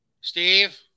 Steve